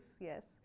yes